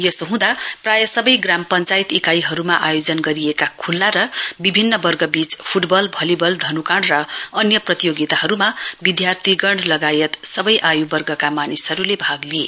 यसो हुँदा प्राय सबै ग्राम पञ्चायत इकाईहरूमा आयोजना गरिएका खुल्ला र विभिन्न वर्गबीच फुटबल भलीबल धनुकाँड र अन्य प्रतियोगिताहरूमा विद्यार्थीगण लगायत सबै आयुवर्गका मानिसहरूले भाग लिए